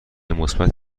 مثبتی